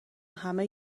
همه